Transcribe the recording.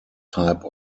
type